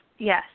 Yes